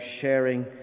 sharing